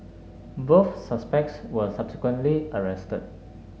both suspects were subsequently arrested